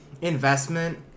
investment